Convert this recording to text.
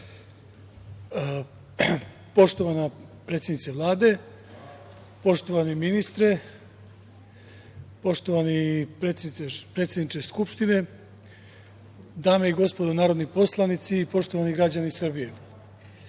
Poštovana predsednice Vlade, poštovani ministre, poštovani predsedniče Skupštine, dame i gospodo narodni poslanici, poštovani građani Srbije,